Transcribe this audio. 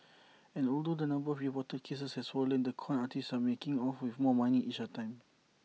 and although the number of reported cases has fallen the con artists are making off with more money each time